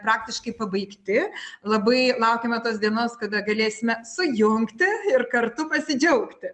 praktiškai pabaigti labai laukiame tos dienos kada galėsime sujungti ir kartu pasidžiaugti